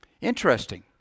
Interesting